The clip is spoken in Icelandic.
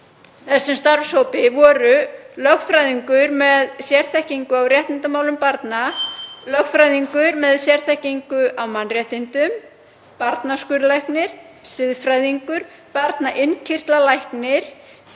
þessum starfshópi voru lögfræðingur með sérþekkingu á réttindamálum barna, lögfræðingur með sérþekkingu á mannréttindum, barnaskurðlæknir, siðfræðingur, barnainnkirtlalæknir,